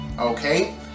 okay